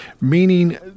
Meaning